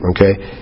Okay